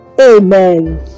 Amen